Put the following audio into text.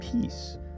peace